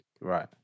Right